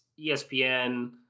ESPN